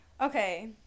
okay